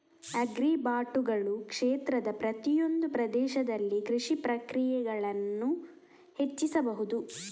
ಆಗ್ರಿಬಾಟುಗಳು ಕ್ಷೇತ್ರದ ಪ್ರತಿಯೊಂದು ಪ್ರದೇಶದಲ್ಲಿ ಕೃಷಿ ಪ್ರಕ್ರಿಯೆಗಳನ್ನು ಹೆಚ್ಚಿಸಬಹುದು